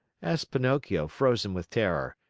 asked pinocchio, frozen with terror.